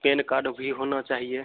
pan card भी होना चाहिए